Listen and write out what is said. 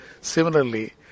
Similarly